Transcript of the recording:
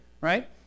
right